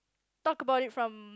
talk about it from